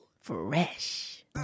Fresh